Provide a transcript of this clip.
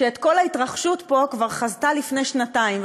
שאת כל ההתרחשות פה כבר חזתה לפני שנתיים,